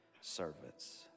servants